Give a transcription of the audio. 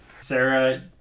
Sarah